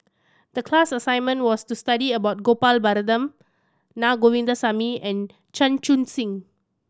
the class assignment was to study about Gopal Baratham Na Govindasamy and Chan Chun Sing